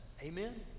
Amen